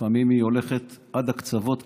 לפעמים היא הולכת עד הקצוות כמעט,